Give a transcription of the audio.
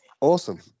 Awesome